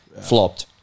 flopped